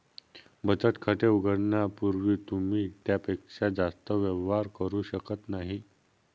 बचत खाते उघडण्यापूर्वी तुम्ही त्यापेक्षा जास्त व्यवहार करू शकत नाही